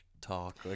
talk